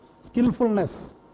skillfulness